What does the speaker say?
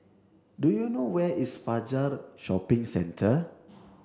do you know where is Fajar Shopping Centre